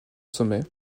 sommet